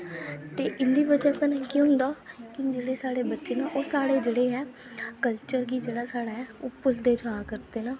ते इं'दी ब'जा कन्नै केह् होंदा कि जेह्ड़े साढ़े बच्चे न ओह् साढ़े ऐ कल्चर गी साढ़ा ऐ ओह् भुलदे जा करदे न